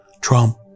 Trump